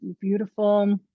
beautiful